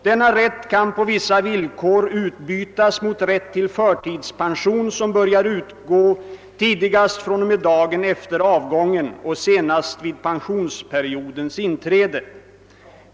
Denna rätt kan på vissa villkor utbytas mot rätt till förtidspension som börjar utgå tidigast fr.o.m. dagen efter avgången och senast vid pensioneringsperiodens inträde.